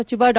ಸಚಿವ ಡಾ